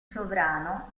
sovrano